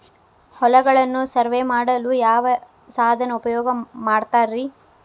ಹೊಲಗಳನ್ನು ಸರ್ವೇ ಮಾಡಲು ಯಾವ ಸಾಧನ ಉಪಯೋಗ ಮಾಡ್ತಾರ ರಿ?